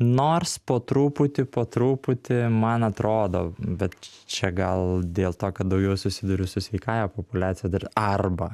nors po truputį po truputį man atrodo bet čia gal dėl to kad daugiau susiduriu su sveikąja populiacija dar arba